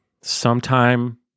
sometime